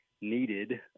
needed